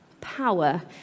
power